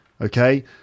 Okay